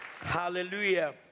Hallelujah